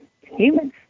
humans